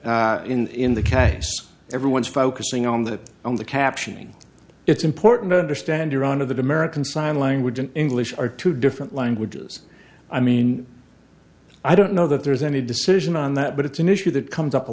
in the case everyone's focusing on that on the captioning it's important to understand iran of the american sign language and english are two different languages i mean i don't know that there's any decision on that but it's an issue that comes up a